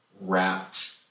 wrapped